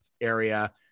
area